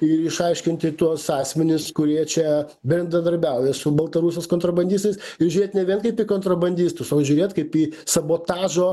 ir išaiškinti tuos asmenis kurie čia bendradarbiauja su baltarusijos kontrobandistais ir žiūrėt ne vien kaip į kontrabandistus o žiūrėti kaip į sabotažo